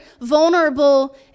vulnerable